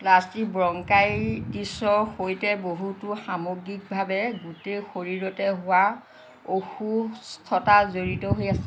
plastic ব্ৰংকাইটিছৰ সৈতে বহুতো সামগ্ৰিকভাৱে গোটেই শৰীৰতে হোৱা অসুস্থতা জড়িত হৈ আছে